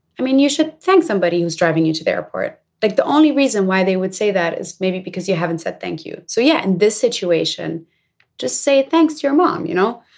i mean you should thank somebody who's driving you to the airport. like the only reason why they would say that is maybe because you haven't said thank you. so yeah in this situation just say thanks your mom you know